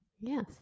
Yes